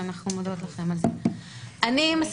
ואנחנו מודות לכם על זה.